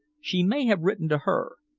she may have written to her.